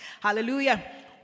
Hallelujah